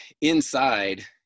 inside